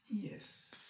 Yes